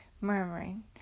murmuring